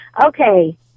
Okay